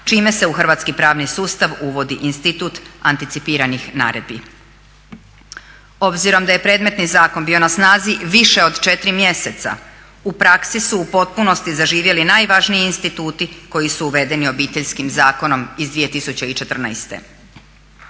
čime se u hrvatski pravni sustav uvodi institut anticipiranih naredbi. Obzirom da je predmetni zakon bio na snazi više od 4 mjeseca u praksi su u potpunosti zaživjeli najvažniji instituti koji su uvedeni Obiteljskim zakonom iz 2014.